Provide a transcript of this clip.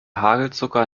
hagelzucker